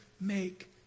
make